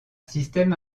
système